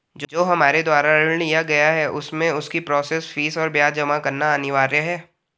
जो हमारे द्वारा ऋण लिया गया है उसमें उसकी प्रोसेस फीस और ब्याज जमा करना अनिवार्य है?